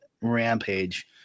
rampage